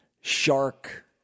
shark